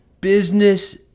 business